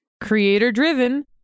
Creator-driven